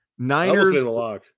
Niners